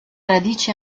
radici